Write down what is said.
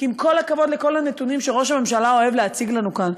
כי עם כל הכבוד לכל הנתונים שראש הממשלה אוהב להציג לנו כאן,